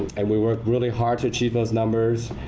and we work really hard to achieve those numbers.